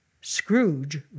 Scrooge